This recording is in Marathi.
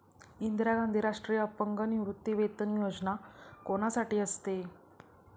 इंदिरा गांधी राष्ट्रीय अपंग निवृत्तीवेतन योजना कोणासाठी असते?